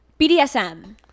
BDSM